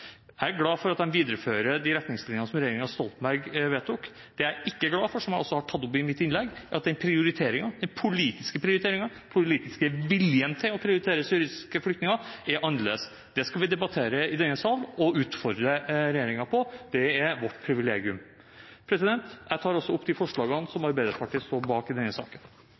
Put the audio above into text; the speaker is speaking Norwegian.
Jeg er glad for at de viderefører de retningslinjene som regjeringen Stoltenberg vedtok. Det jeg ikke er glad for, som jeg også har tatt opp i mitt innlegg, er at den politiske viljen til å prioritere syriske flyktninger er annerledes. Det skal vi debattere i denne sal og utfordre regjeringen på – det er vårt privilegium. Jeg tar også opp de forslagene som Arbeiderpartiet står bak i denne saken.